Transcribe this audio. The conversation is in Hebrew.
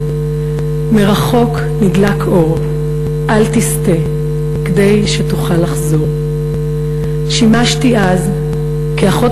מרחוק נדלק אור / אל תסטה כדי שתוכל לחזור." שימשתי אז כאחות